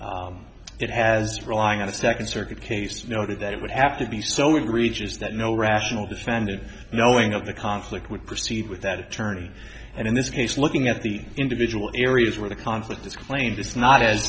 that has relying on a second circuit case noted that it would have to be so egregious that no rational defended knowing of the conflict would proceed with that attorney and in this case looking at the individual areas where the conflict is claimed this is not as